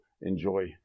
enjoy